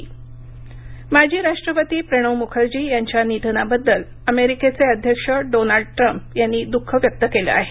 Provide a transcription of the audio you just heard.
Trump Pompeo माजी राष्ट्रपती प्रणव मुखर्जी यांच्या निधनाबद्दल अमेरिकेचे अध्यक्ष डोनाल्ड ट्रम्प यांनी द्ःख व्यक्त केलं आहे